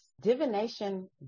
Divination